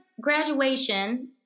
graduation